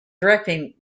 directing